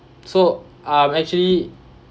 so I'm actually